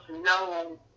no